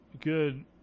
good